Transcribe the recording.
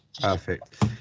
perfect